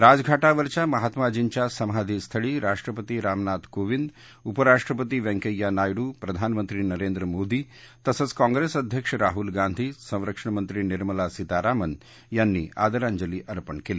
राजघाटावरच्या महात्माजींच्या समाधीस्थळी राष्ट्रपती रामनाथ कोविंद उपराष्ट्रपती व्यंकय्या नायडू प्रधानमंत्री नरेंद्र मोदी तसंच काँप्रेस अध्यक्ष राहुल गांधी संरक्षणमंत्री निर्मला सीतारामन यांनी आदरांजली अर्पण केली